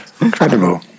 Incredible